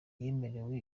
yemerewe